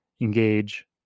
engage